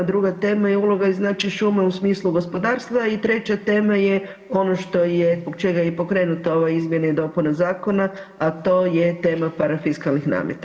Druga tema je uloga, znači šuma u smislu gospodarstva i treća tema je ono što je, zbog čega je i pokrenuta ova izmjena i dopuna zakona, a to je tema parafiskalnih nameta.